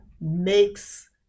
makes